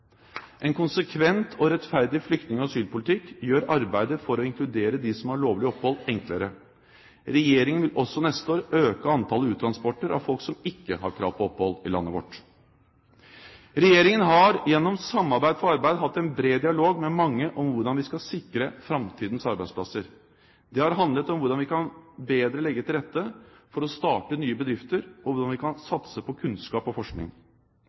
En konsekvent og rettferdig flyktning- og asylpolitikk gjør arbeidet for å inkludere dem som har lovlig opphold, enklere. Regjeringen vil også neste år øke antallet uttransporter av folk som ikke har krav på opphold i landet vårt. Regjeringen har gjennom «Samarbeid for arbeid» hatt en bred dialog med mange om hvordan vi skal sikre framtidens arbeidsplasser. Det har handlet om hvordan vi bedre kan legge til rette for å starte nye bedrifter, og hvordan vi kan satse på kunnskap og forskning.